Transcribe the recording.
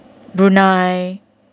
brunei